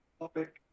topic